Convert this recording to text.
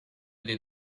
did